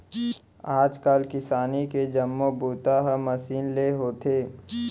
आज काल किसानी के जम्मो बूता ह मसीन ले होथे